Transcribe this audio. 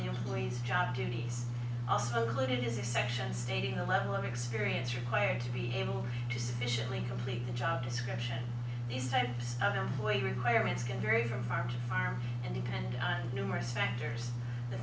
the employee's job duties also included is a section stating the level of experience required to be able to sufficiently complete the job description these types of employee requirements can vary from farm to farm and depend on numerous factors the